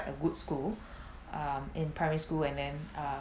a good school um in primary school and then uh